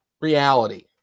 reality